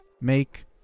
make